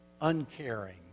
uncaring